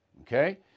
okay